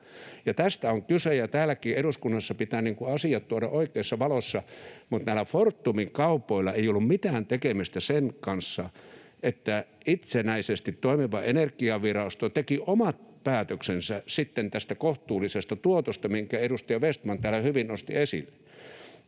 Tästä on kyse, ja täällä eduskunnassakin pitää asiat tuoda oikeassa valossa. Mutta näillä Fortumin kaupoilla ei ollut mitään tekemistä sen kanssa, että itsenäisesti toimiva Energiavirasto teki omat päätöksensä sitten tästä kohtuullisesta tuotosta, minkä edustaja Vestman täällä hyvin nosti esille.